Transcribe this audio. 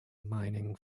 mining